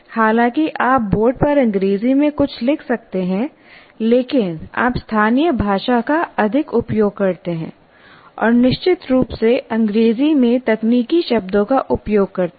हालाँकि आप बोर्ड पर अंग्रेजी में कुछ लिख सकते हैं लेकिन आप स्थानीय भाषा का अधिक उपयोग करते हैं और निश्चित रूप से अंग्रेजी में तकनीकी शब्दों का उपयोग करते हैं